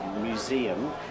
museum